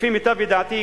לפי מיטב ידיעתי,